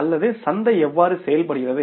அல்லது சந்தை எவ்வாறு செயல்படுகிறது